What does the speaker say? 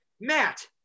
Matt